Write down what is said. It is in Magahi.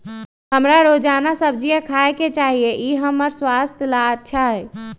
हमरा रोजाना सब्जिया खाय के चाहिए ई हमर स्वास्थ्य ला अच्छा हई